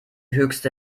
höchste